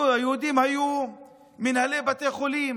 היהודים היו מנהלי בתי חולים,